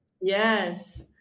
yes